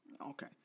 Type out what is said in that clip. Okay